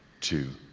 two,